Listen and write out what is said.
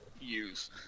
use